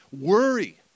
worry